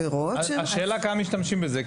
השאלה כמה משתמשים בזה.